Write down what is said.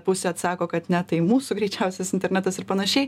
pusė atsako kad ne tai mūsų greičiausias internetas ir panašiai